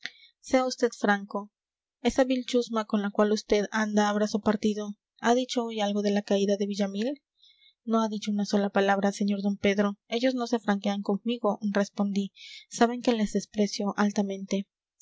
sea vd franco esa vil chusma con la cual vd anda a brazo partido ha dicho hoy algo de la caída de villamil no ha dicho una sola palabra sr d pedro ellos no se franquean conmigo respondí saben que les desprecio altamente